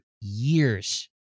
years